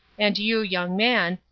and you, young man,